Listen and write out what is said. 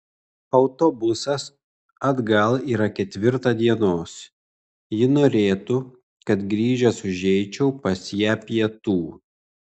autobusas atgal yra ketvirtą dienos ji norėtų kad grįžęs užeičiau pas ją pietų